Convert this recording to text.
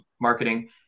marketing